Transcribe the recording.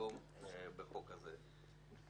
מסדר-היום בחוק הזה.